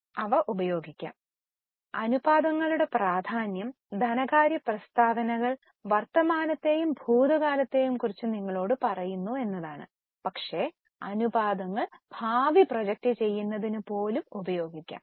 ഇപ്പോൾ അനുപാതങ്ങളുടെ പ്രാധാന്യം ധനകാര്യ പ്രസ്താവനകൾ വർത്തമാനത്തെയും ഭൂതകാലത്തെയും കുറിച്ച് നിങ്ങളോട് പറയുന്നു എന്നതാണ് പക്ഷേ അനുപാതങ്ങൾ ഭാവി പ്രോജക്റ്റ് ചെയ്യുന്നതിന് പോലും ഉപയോഗിക്കാം